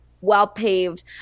well-paved